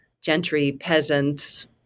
gentry-peasant